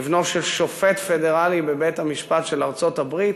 כבנו של שופט פדרלי בבית-המשפט של ארצות-הברית,